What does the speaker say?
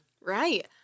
Right